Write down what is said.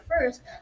first